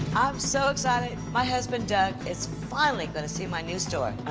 i'm so excited. my husband doug is finally going to see my new store.